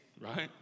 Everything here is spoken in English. right